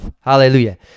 Hallelujah